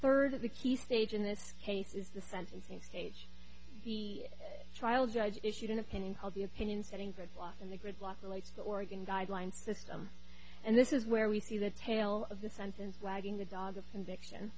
third of the key stage in this case is the sentencing stage the trial judge issued an opinion called the opinion setting for life and the gridlock relates to oregon guidelines system and this is where we see the tail of the sentence wagging the dog of conviction